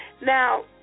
Now